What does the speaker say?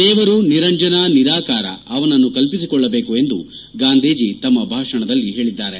ದೇವರು ನಿರಂಜನ ನಿರಾಕಾರ ಅವನನ್ನು ಕಲ್ಪಿಸಿಕೊಳ್ಳಬೇಕು ಎಂದು ಗಾಂಧೀಜಿ ತಮ್ಮ ಭಾಷಣದಲ್ಲಿ ಹೇಳಿದ್ದಾರೆ